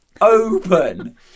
open